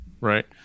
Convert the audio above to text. Right